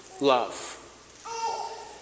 love